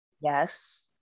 Yes